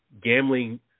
gambling